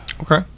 Okay